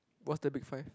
what's the big five